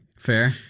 Fair